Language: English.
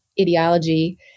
ideology